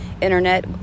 internet